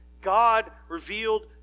God-revealed